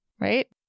right